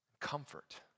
comfort